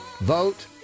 Vote